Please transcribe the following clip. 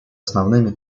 основными